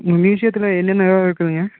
உங்கள் மியூசியத்தில் என்னென்னலாம் இருக்குதுங்க